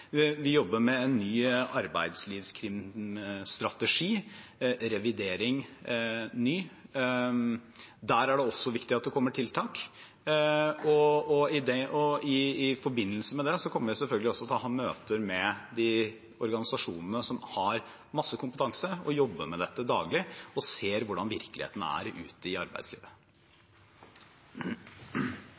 Vi jobber med en ny, revidert strategi mot arbeidslivskriminalitet. Der er det også viktig at det kommer tiltak. I forbindelse med det kommer vi selvfølgelig til å ha møter med de organisasjonene som har masse kompetanse og jobber med dette daglig, og som ser hvordan virkeligheten er ute i arbeidslivet.